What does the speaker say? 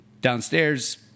Downstairs